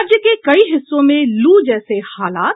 राज्य के कई हिस्सों में लू जैसे हालात